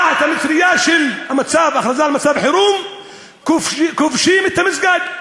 תחת המטרייה של הכרזה על מצב חירום כובשים את המסגד,